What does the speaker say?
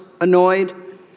Annoyed